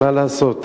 מה לעשות?